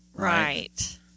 Right